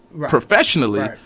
professionally